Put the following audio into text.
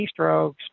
keystrokes